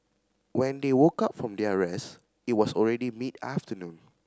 when they woke up from their rest it was already mid afternoon